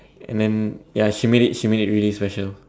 and then ya she made she made it really special